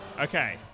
Okay